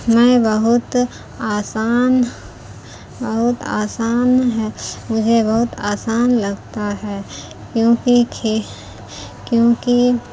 میں بہت آسان بہت آسان ہے مجھے بہت آسان لغتا ہے کیونکہ کھیہ کیونکہ